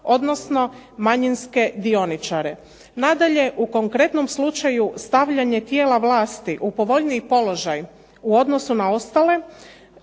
odnosno manjinske dioničare. Nadalje, u konkretnom slučaju stavljanje tijela vlasti u povoljniji položaj u odnosu na ostale,